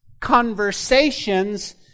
conversations